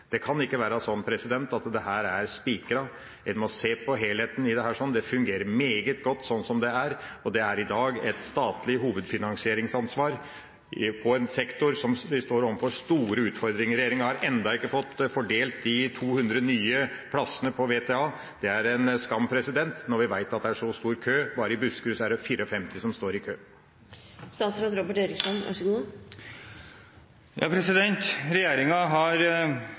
Det kan ikke være slik at dette er spikret. En må se på helheten. Det fungerer meget godt sånn som det er, og det er i dag et statlig hovedfinansieringsansvar på en sektor som står overfor store utfordringer. Regjeringa har ennå ikke fått fordelt de 200 nye VTA-plassene. Det er en skam når vi vet at det er så stor kø. Bare i Buskerud er det 54 som står i kø. Regjeringen har lagt frem, som tidligere sagt, oppgavefordelingsmeldingen. Vi lytter. Vi har